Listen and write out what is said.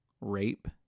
rape